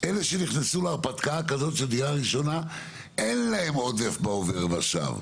אלה שנכנסו להרפתקה כזאת של דירה ראשונה אין להם עודף בעובר ושב.